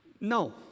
No